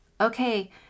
okay